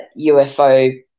UFO